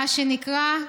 מה שנקרא,